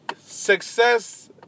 success